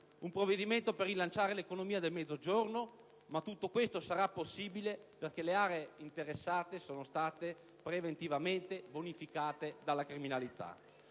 Un provvedimento per rilanciare l'economia del Mezzogiorno. Ma tutto questo sarà possibile perché le aree interessate sono state preventivamente bonificate dalla criminalità.